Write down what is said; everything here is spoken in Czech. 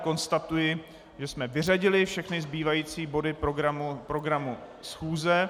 Konstatuji, že jsme vyřadili všechny zbývající body programu schůze.